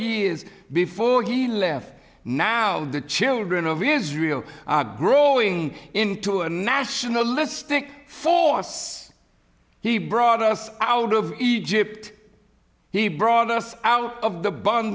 years before he left now the children of israel growing into a nationalistic force he brought us out of egypt he brought us out of the b